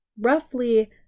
roughly